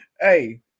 Hey